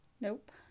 Nope